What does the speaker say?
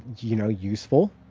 you know, useful.